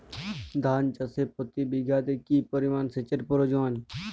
ধান চাষে প্রতি বিঘাতে কি পরিমান সেচের প্রয়োজন?